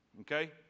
okay